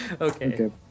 okay